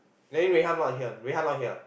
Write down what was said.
then Wei-Han not here Wei-Han not here